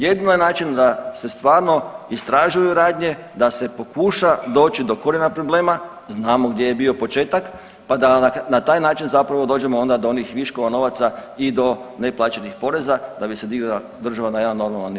Jedino je način da se stvarno istražuju radnje, da se pokuša doći do korijena problema, znamo gdje je bio početak pa da na taj način zapravo dođemo onda do onih viškova novaca i do neplaćenih poreza da bi se digla država na jedan normala nivo.